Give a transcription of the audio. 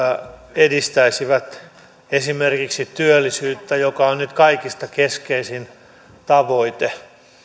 edistäisivät esimerkiksi työllisyyttä joka on nyt kaikista keskeisin tavoite